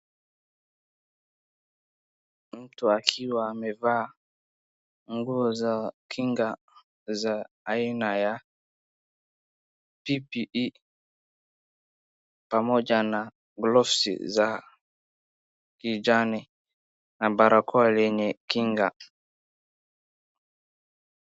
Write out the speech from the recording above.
Mtu akiwa amevaa nguo za kinga za aina ya PPE pamoja na gloves za kijani na barakoa yenye kinga.